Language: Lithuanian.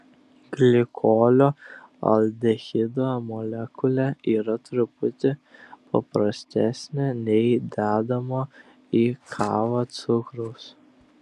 glikolio aldehido molekulė yra truputį paprastesnė nei dedamo į kavą cukraus